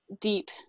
deep